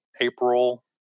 April